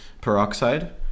peroxide